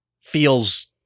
feels